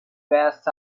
vests